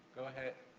go ahead.